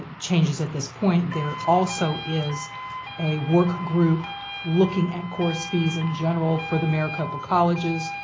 ah changes at this point, there also is a work group looking at course fees in general for the maricopa colleges.